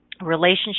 relationship